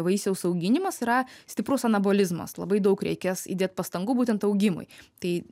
vaisiaus auginimas yra stiprus anabolizmas labai daug reikės įdėt pastangų būtent augimui tai